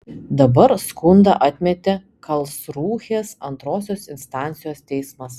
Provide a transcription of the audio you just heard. dabar skundą atmetė karlsrūhės antrosios instancijos teismas